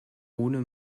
ohne